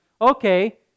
okay